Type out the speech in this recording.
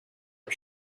for